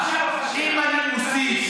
אם אני מוסיף,